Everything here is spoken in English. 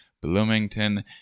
Bloomington